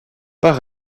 par